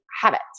habit